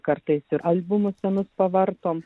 kartais ir albumus senus pavartom